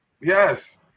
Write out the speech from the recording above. Yes